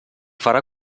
farà